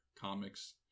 comics